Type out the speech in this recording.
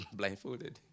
blindfolded